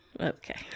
Okay